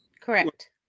Correct